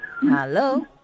Hello